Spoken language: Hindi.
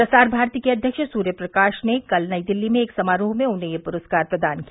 प्रसार भारतो के अध्यक्ष सूर्य प्रकाश ने कल नई दिल्ली में एक समारोह में उन्हें यह पुरस्कार प्रदान किया